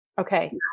Okay